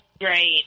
great